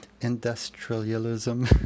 Industrialism